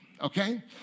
Okay